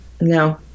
No